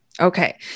Okay